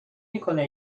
میکنه